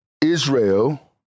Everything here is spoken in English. Israel